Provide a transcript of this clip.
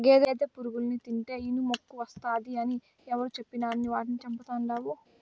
గేదె పురుగుల్ని తింటే ఇనుమెక్కువస్తాది అని ఎవరు చెప్పినారని వాటిని చంపతండాడు